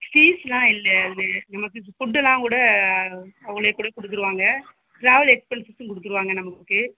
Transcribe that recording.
ஃபீஸ்லாம் இல்லை வந்து நமக்கு ஃபுட்டுல்லாம் கூட அவங்களேக் கூட கொடுத்துருவாங்க ட்ராவல் எக்ஸ்பென்ஸஸும் கொடுத்துருவாங்க நமக்கு